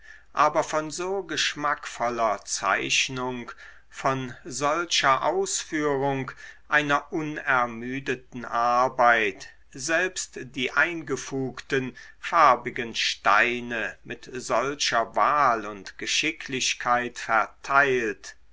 aber von so geschmackvoller zeichnung von solcher ausführung einer unermüdeten arbeit selbst die eingefugten farbigen steine mit solcher wahl und geschicklichkeit verteilt